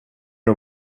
nog